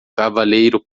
cavaleiro